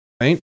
right